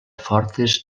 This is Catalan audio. fortes